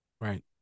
Right